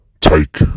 take